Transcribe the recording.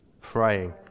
Praying